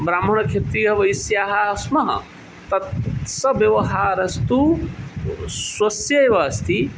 ब्राह्मणक्षत्रियवैष्याः स्मः तत् सः व्यवहारस्तु स्वस्य एव अस्ति